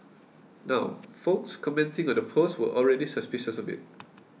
now folks commenting on the post were already suspicious of it